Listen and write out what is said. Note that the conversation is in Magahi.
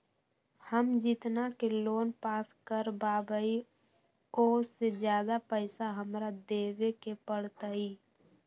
हम जितना के लोन पास कर बाबई ओ से ज्यादा पैसा हमरा देवे के पड़तई?